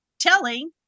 telling